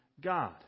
God